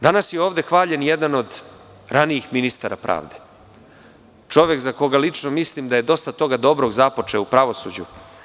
Danas je ovde hvaljen jedan od ranijih ministara pravde, čovek za koga lično mislim da je dosta toga dobrog započeo u pravosuđu.